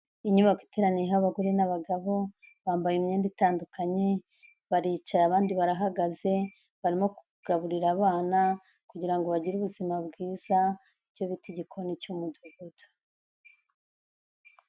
Inyubako iteraniyeho abagore n'abagabo, bambaye imyenda itandukanye baricaye abandi barahagaze barimo kugaburira abana kugira ngo bagire ubuzima bwiza, icyo bita igikoni cy'umudugudu.